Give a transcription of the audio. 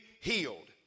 healed